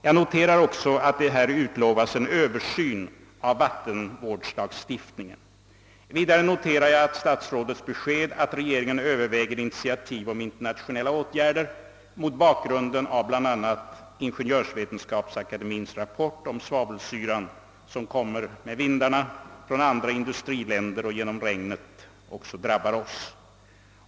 Jag noterar också att statsrådet utlovar en översyn av vattenvårdslagstiftningen. Vidare noterar jag statsrådets besked att regeringen överväger initiativ om internationella åtgärder mot bakgrund av bl.a. Ingeniörsvetenskapsakademiens rapport om svavelsyran, som kommer med vindarna från andra industriländer och genom regnet även drabbar oss.